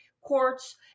courts